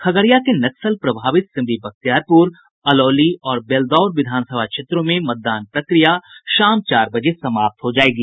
खगड़िया के नक्सल प्रभावित सिमरी बख्तियारपुर अलौली और बेलदौर विधानसभा क्षेत्रों में मतदान प्रक्रिया शाम चार बजे समाप्त हो जायेगी